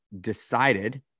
decided